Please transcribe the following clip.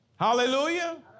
Hallelujah